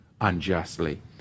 unjustly